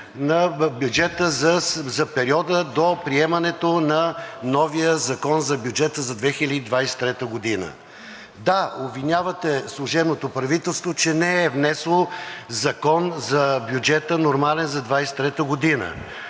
на бюджета за периода до приемането на новия Закон за бюджета за 2023 г. Да, обвинявате служебното правителство, че не е внесло Закон за бюджета – нормален за 2023 г., но